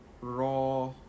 raw